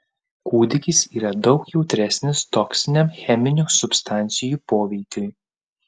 kūdikis yra daug jautresnis toksiniam cheminių substancijų poveikiui